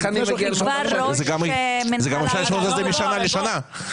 זה גם יכול להשתנות משנה לשנה.